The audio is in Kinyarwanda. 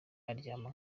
aryama